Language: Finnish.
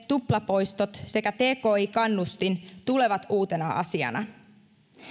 tuplapoistot sekä tki kannustin tulevat uutena asiana